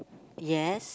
yes